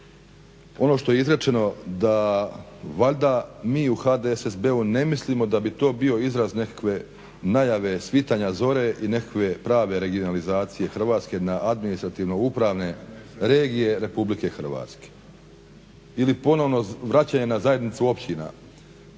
ono što je izrečeno da valjda mi u HDSSB-u ne mislimo da bi to bio izraz nekakve najave svitanja zore i nekakve prave regionalizacije Hrvatske na administrativno upravne regije Republike Hrvatske ili ponovno vraćanje na zajednicu općina